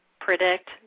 predict